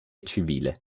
civile